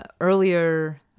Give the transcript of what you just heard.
earlier